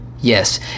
yes